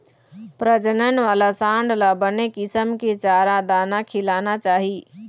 प्रजनन वाला सांड ल बने किसम के चारा, दाना खिलाना चाही